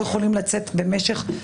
למיטב זיכרוני,